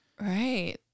Right